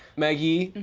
meggie,